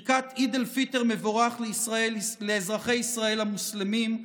ברכת עיד אל-פיטר מבורך לאזרחי ישראל המוסלמים,